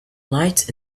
lights